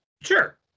Sure